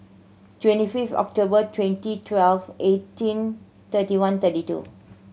twenty fifth October twenty twelve eighteen thirty one thirty two